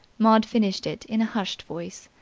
maud finished it in a hushed voice,